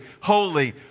holy